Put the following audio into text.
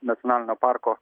nacionalinio parko